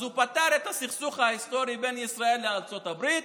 אז הוא פתר את הסכסוך ההיסטורי בין ישראל לארצות הברית.